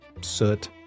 soot